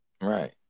right